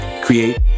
Create